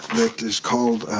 is called